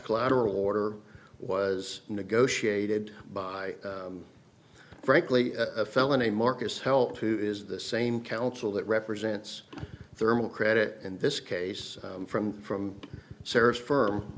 collateral order was negotiated by frankly a felony marcus helped who is the same counsel that represents thermal credit in this case from from